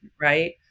Right